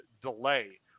delay